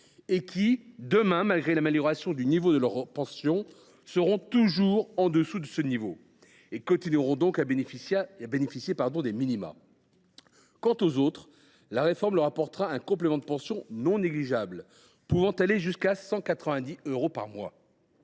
restera, demain, malgré l’amélioration du niveau des pensions, en dessous de ce niveau : ils continueront à bénéficier des minima. Quant aux autres, la réforme leur apportera un complément de pension non négligeable, pouvant aller jusqu’à 190 euros par mois.